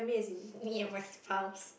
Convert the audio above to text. me and my spouse